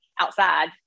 outside